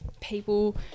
people